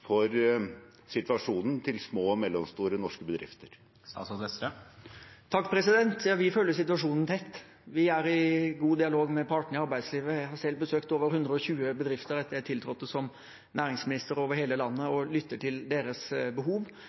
for situasjonen til små og mellomstore norske bedrifter? Vi følger situasjonen tett. Vi er i god dialog med partene i arbeidslivet. Jeg har selv besøkt over 120 bedrifter over hele landet etter at jeg tiltrådte som næringsminister, og lytter til deres behov.